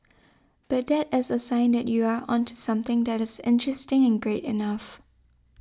but that is a sign that you are onto something that is interesting and great enough